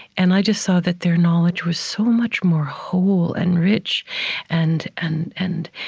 and i just saw that their knowledge was so much more whole and rich and and and